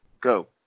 Go